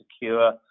secure